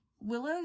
Willow